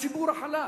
הציבור החלש.